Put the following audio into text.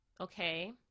okay